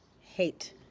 hate